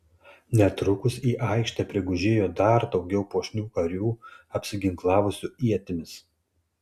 netrukus į aikštę prigužėjo dar daugiau puošnių karių apsiginklavusių ietimis